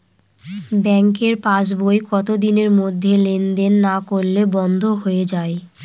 ব্যাঙ্কের পাস বই কত দিনের মধ্যে লেন দেন না করলে বন্ধ হয়ে য়ায়?